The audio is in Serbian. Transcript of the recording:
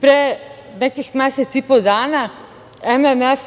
pre nekih mesec i po dana, MMF